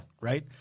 Right